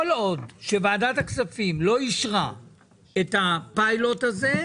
כל עוד ועדת הכספים לא אישרה את הפיילוט הזה,